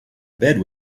bed